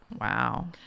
Wow